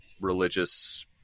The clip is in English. religious